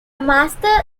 master